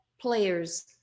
players